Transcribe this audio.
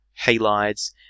halides